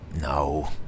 no